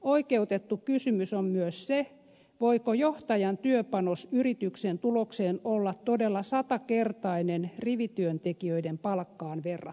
oikeutettu kysymys on myös se voiko johtajan työpanos yrityksen tulokseen olla todella satakertainen rivityöntekijöiden palkkaan verrattuna